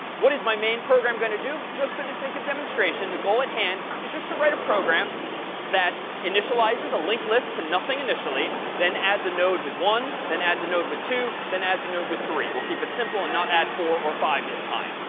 what is my main program going to do? just for the sake of demonstration, the goal at hand is just to write a program that initializes a linked list to nothing initially, then adds a node with one, then adds a node with two, then add a node with three. we'll keep it simple and not add four or five this time.